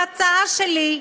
ההצעה שלי,